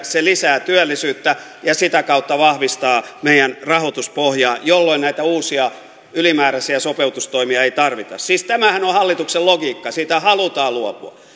se lisää työllisyyttä ja sitä kautta vahvistaa meidän rahoituspohjaa jolloin näitä uusia ylimääräisiä sopeutustoimia ei tarvita siis tämähän on hallituksen logiikka niistä halutaan luopua